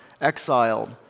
Exiled